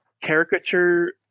caricature